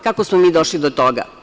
Kako smo mi došli do toga?